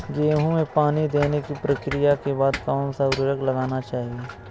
गेहूँ में पानी देने की प्रक्रिया के बाद कौन सा उर्वरक लगाना चाहिए?